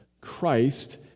Christ